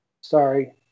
Sorry